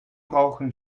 brauchen